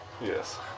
Yes